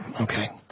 Okay